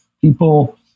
people